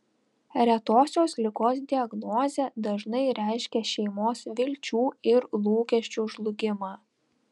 retosios ligos diagnozė dažnai reiškia šeimos vilčių ir lūkesčių žlugimą